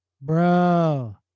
Bro